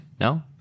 No